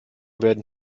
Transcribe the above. werden